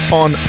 on